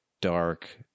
dark